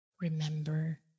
remember